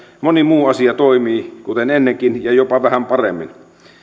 moni muu asia toimii kuten ennenkin ja jopa vähän paremmin